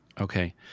Okay